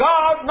God